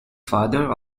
father